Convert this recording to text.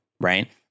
right